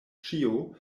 ĉio